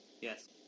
Yes